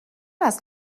است